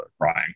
crying